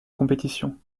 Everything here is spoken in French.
compétition